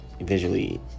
visually